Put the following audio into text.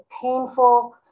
painful